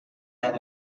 than